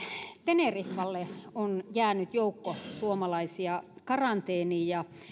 teneriffalle on jäänyt joukko suomalaisia karanteeniin ja